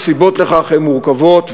הסיבות לכך הן מורכבות,